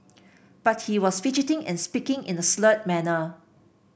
but he was fidgeting and speaking in a slurred manner